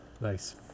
nice